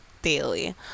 daily